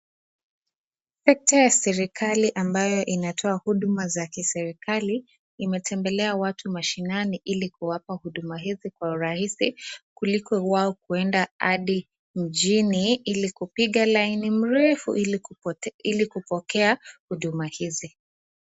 Sekta ya serikali ambayo inatoa huduma za kiserikali imetembelea watu msahinani ili kuwapa huduma kwa urahisi kuliko wao kuenda hadi mjini ili kupiga laini mrefu ili kupokea huduma hizi.